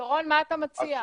דורון, מה אתה מציע?